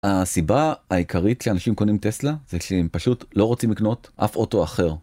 הסיבה העיקרית שאנשים קונים טסלה זה שהם פשוט לא רוצים לקנות אף אוטו אחר.